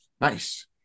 Nice